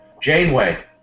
Janeway